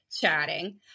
chatting